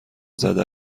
زده